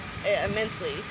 immensely